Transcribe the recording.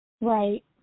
Right